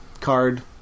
card